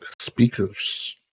speakers